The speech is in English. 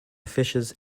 fishers